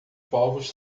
povos